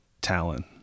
talon